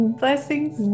blessings